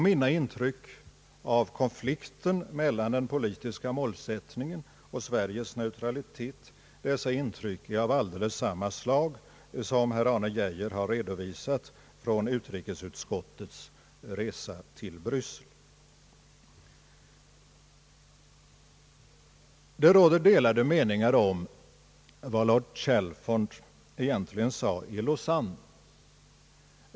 Mina intryck av konflikten mellan den politiska målsättningen och Sveriges neutralitet är av exakt samma slag som herr Arne Geijer har redovisat från utrikesutskottets resa till Bryssel. Det råder delade meningar om vad lord Chalfont egentligen sade i Lausanne.